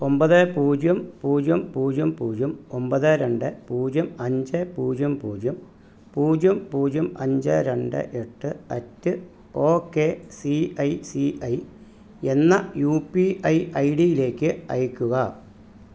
ഒമ്പത് പൂജ്യം പൂജ്യം പൂജ്യം പൂജ്യം ഒമ്പത് രണ്ട് പൂജ്യം അഞ്ച് പൂജ്യം പൂജ്യം പൂജ്യം പൂജ്യം പൂജ്യം അഞ്ച് രണ്ട് എട്ട് at O K C I C I എന്ന യു പി ഐ ഐഡിയിലേക്ക് അയയ്ക്കുക